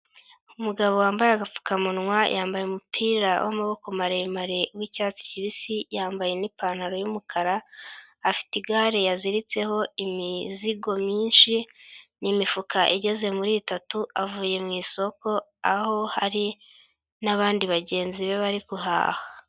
Umugabo wambaye agapfukamunwa yambaye umupira w'amaboko maremare w'icyatsi kibisi, yambaye n'ipantaro y'umukara afite igare yaziritseho imizigo myinshi n'imifuka igeze muri itatu, avuye mu isoko aho hari n'abandi bagenzi be bari guhaha.